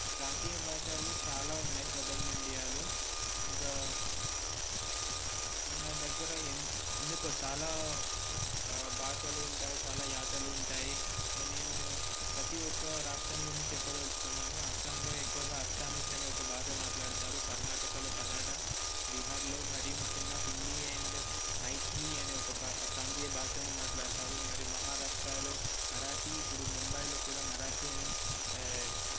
ప్రాంతీయ భాషలు చాలా ఉన్నాయి సదరన్ ఇండియాలో ఇంకా మన దగ్గర ఎందు ఎందుకు చాలా భాషలు ఉంటాయి చాలా యాసలు ఉంటాయి నేను ప్రతీ ఒక్క రాష్ట్రం గురించి చెప్పదలుచుకున్నాను అస్సాంలో ఎక్కువగా అస్సామీస్ అనే ఒక భాష మాట్లాడుతారు కర్ణాటకలో కన్నడ బీహార్లో మరి ముఖ్యంగా హిందీ అండ్ మైథిలి అనే ఒక ప్రాంతీయ భాషను మాట్లాడతారు మరియు మహారాష్ట్రలో మరాఠీ ఇప్పుడు ముంబైలో కూడా మరాఠీ అని